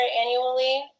annually